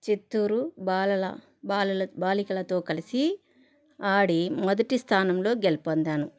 చిత్తూరు బాలల బాలల బాలికలతో కలిసి ఆడి మొదటి స్థానంలో గెలుపొందాను